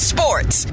Sports